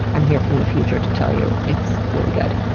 i'm here from the future to tell you it's really good.